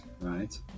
right